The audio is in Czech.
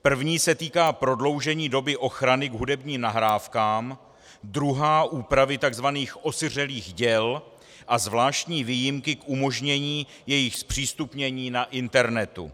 První se týká prodloužení doby ochrany k hudebním nahrávkám, druhá úpravy tzv. osiřelých děl a zvláštní výjimky k umožnění jejich zpřístupnění na internetu.